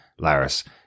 Laris